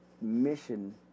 mission